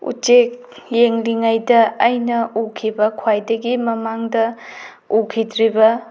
ꯎꯆꯦꯛ ꯌꯦꯡꯂꯤꯉꯩꯗ ꯑꯩꯅ ꯎꯈꯤꯕ ꯈ꯭ꯋꯥꯏꯗꯒꯤ ꯃꯃꯥꯡꯗ ꯎꯈꯤꯗ꯭ꯔꯤꯕ